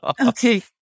Okay